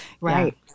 Right